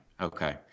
okay